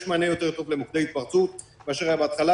יש מענה יותר טוב למוקדי התפרצות מאשר היה בהתחלה.